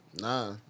Nah